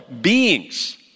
beings